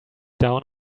down